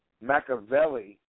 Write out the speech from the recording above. Machiavelli